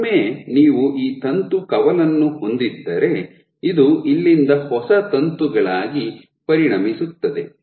ಒಮ್ಮೆ ನೀವು ಈ ತಂತು ಕವಲನ್ನು ಹೊಂದಿದ್ದರೆ ಇದು ಇಲ್ಲಿಂದ ಹೊಸ ತಂತುಗಳಾಗಿ ಪರಿಣಮಿಸುತ್ತದೆ